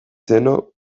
zeno